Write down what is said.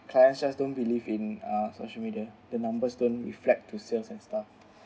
clients just don't believe in uh social media the numbers don't reflect to sales and stuff